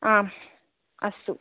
आम् अस्तु